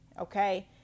okay